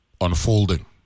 unfolding